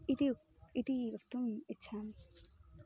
इति इति वक्तुम् इच्छामि